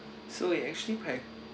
so we actually prac~